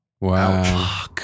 Wow